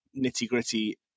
nitty-gritty